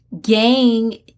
gang